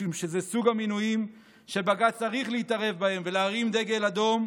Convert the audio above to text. משום שזה סוג המינויים שבג"ץ צריך להתערב בהם ולהרים דגל אדום.